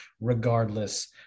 regardless